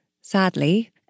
sadly